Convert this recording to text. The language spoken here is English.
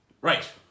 Right